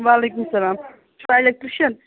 وعلیکُم اسَلام تُہۍ چھِوا ایٚلیکٹرٕٛشَن